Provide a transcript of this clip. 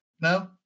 no